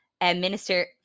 minister